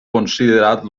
considerat